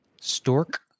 Stork